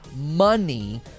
money